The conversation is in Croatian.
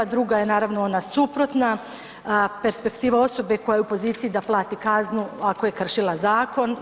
Druga je naravno ona suprotna, perspektiva osobe koja je u poziciji da plati kaznu ako je kršila zakon.